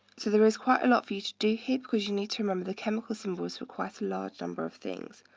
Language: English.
so there is quite a lot for you to do here, because you need to remember the chemical symbols for quite a large number of things.